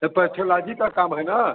यह पैथोलाजी का काम है ना